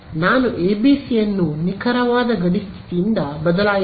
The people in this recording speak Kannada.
ನಾನು ಎಬಿಸಿಯನ್ನು ನಿಖರವಾದ ಗಡಿ ಸ್ಥಿತಿಯಿಂದ ಬದಲಾಯಿಸಿದೆ